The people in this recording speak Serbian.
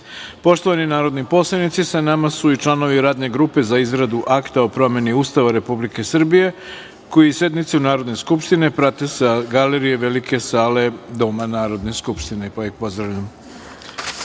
narodni poslanici, sa nama su i članovi Radne grupe za izradu Akta o promeni Ustava Republike Srbije, koji sednicu Narodne skupštine prate sa galerije Velike sale Doma Narodne skupštine, pa